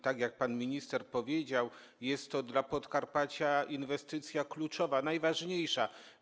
Tak, jak pan minister powiedział, jest to dla Podkarpacia inwestycja kluczowa, najważniejsza.